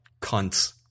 cunts